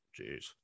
Jeez